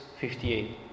58